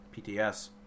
PTS